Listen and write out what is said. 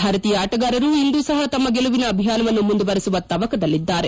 ಭಾರತೀಯಾ ಆಟಗಾರರು ಇಂದೂ ಸಹ ತಮ್ನ ಗೆಲುವಿನ ಅಭಿಯಾನವನ್ನು ಮುಂದುವರೆಸುವ ತವಕದಲ್ಲಿದ್ದಾರೆ